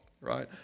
right